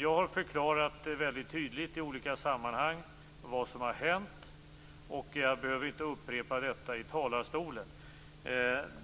Jag har förklarat väldigt tydligt i olika sammanhang vad som har hänt. Jag behöver inte upprepa detta i talarstolen.